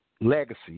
legacy